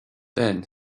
then